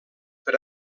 per